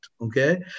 okay